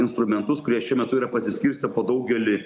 instrumentus kurie šiuo metu yra pasiskirstę po daugelį